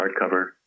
hardcover